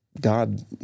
God